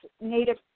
native